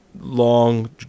Long